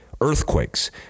earthquakes